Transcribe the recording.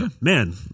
man